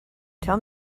tell